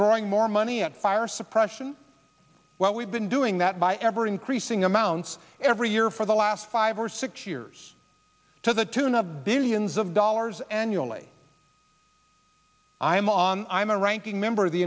throwing more money on fire suppression well we've been doing that by ever increasing amounts every year for the last five or six years to the tune of billions of dollars annually i'm on i'm a ranking member of the